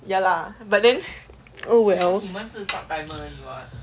ya lah but then oh well